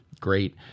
great